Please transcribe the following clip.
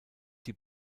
die